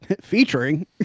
Featuring